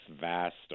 vast